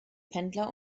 pendler